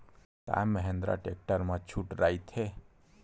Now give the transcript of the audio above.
का महिंद्रा टेक्टर मा छुट राइथे?